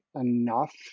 enough